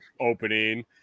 opening